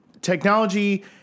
technology